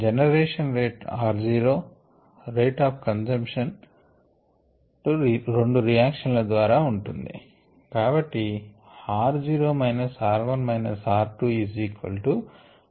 generation rate r0 rate of consumption 2 reaction ల ద్వారా ఉంది